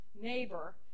neighbor